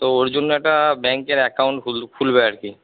তো ওর জন্য একটা ব্যাংকের অ্যাকাউন্ট খুলবে আর কি